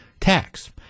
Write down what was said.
tax